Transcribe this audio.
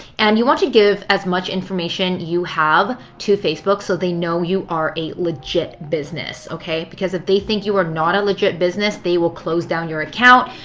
and you want to give as much information you have to facebook so they know you are a legit business, okay? because if they think you are not a legit business, they will close down your account.